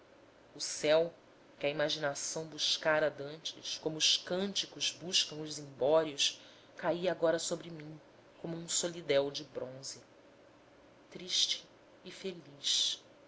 o céu que a imaginação buscara dantes como os cânticos buscam os zimbórios cala agora sobre mim como um solidéu de bronze triste e feliz